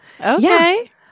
Okay